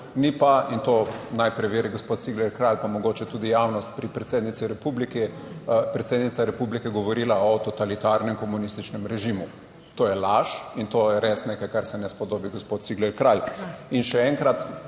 Ni pa, in to naj preveri gospod Cigler Kralj, pa mogoče tudi javnost, pri predsednici republike, predsednica republike je govorila o totalitarnem komunističnem režimu, to je laž in to je res nekaj kar se ne spodobi, gospod Cigler Kralj. In še enkrat